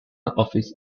office